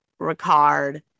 Ricard